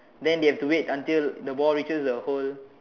then they have to wait until the ball reach the hole